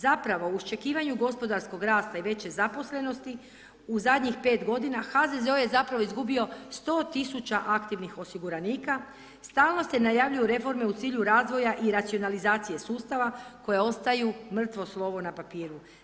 Zapravo, u iščekivanju gospodarskog rasta i veće zaposlenosti u zadnjih pet godina HZZO je zapravo izgubio 100 tisuća aktivnih osiguranika, stalno se najavljuju reforme u cilju razvoja i racionalizacije sustava koje ostaju mrtvo slovo na papiru.